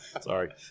Sorry